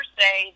say